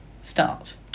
start